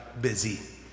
busy